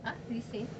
ah resale